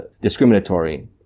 discriminatory